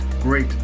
great